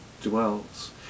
dwells